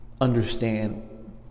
understand